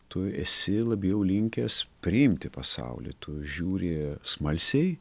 tu esi labiau linkęs priimti pasaulį tu žiūri smalsiai